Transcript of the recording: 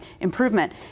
improvement